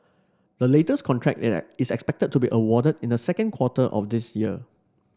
the latest contract is that is expected to be awarded in the second quarter of this year